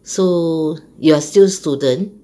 so you are still student